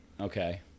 okay